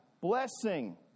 Blessing